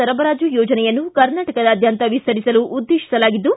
ಸರಬರಾಜು ಯೋಜನೆಯನ್ನು ಕರ್ನಾಟಕದಾದ್ದಂತ ವಿಸ್ತರಿಸಲು ಉದ್ದೇತಿಸಲಾಗಿದ್ದು